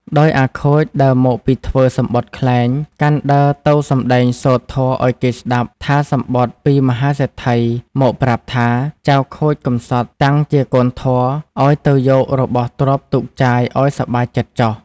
ដោយអាខូចដើរមកពីធ្វើសំបុត្រក្លែង កាន់ដើរទៅសំដែងសូត្រធម៌ឱ្យគេស្ដាប់ថាសំបុត្រពីមហាសេដ្ឋីមកប្រាប់ថា ចៅខូចកំសត់តាំងជាកូនធម៍ឲ្យទៅយករបស់ទ្រព្យទុកចាយឱ្យសប្បាយចិត្ដចុះ។